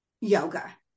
yoga